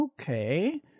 okay